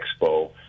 Expo